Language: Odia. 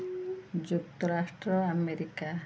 ଯୁକ୍ତରାଷ୍ଟ୍ର ଆମେରିକା